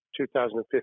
2015